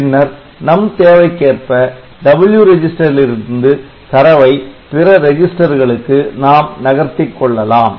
பின்னர் நம் தேவைக்கு ஏற்ப W ரெஜிஸ்டரில் இருந்து தரவை பிற ரெஜிஸ்டர்களுக்கு நாம் நகர்த்திக் கொள்ளலாம்